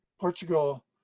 Portugal